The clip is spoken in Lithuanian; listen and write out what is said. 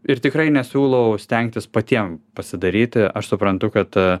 ir tikrai nesiūlau stengtis patiem pasidaryti aš suprantu kad